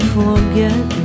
forget